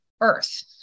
earth